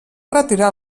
retirar